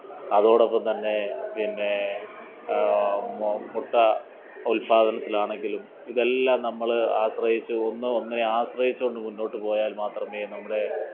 അതോടൊപ്പം തന്നെ പിന്നെ മുട്ട ഉല്പ്പാദനത്തിലാണെങ്കിലും ഇതെല്ലാം നമ്മൾ ആശ്രയിച്ച് ഒന്ന് ഒന്നിനെ ആശ്രയിച്ച് കൊണ്ട് മുന്നോട്ട് പോയാല് മാത്രമേ നമ്മുടെ